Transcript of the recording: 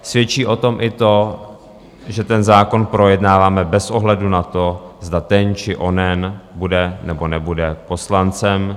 Svědčí o tom i to, že ten zákon projednáváme bez ohledu na to, zda ten či onen bude nebo nebude poslancem.